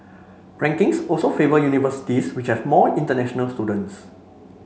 rankings also favour universities which have more international students